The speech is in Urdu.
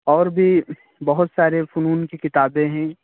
اور بھی بہت سارے فنون کی کتابیں ہیں